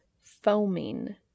foaming